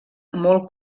molt